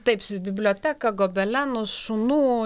taip biblioteką gobelenus šunų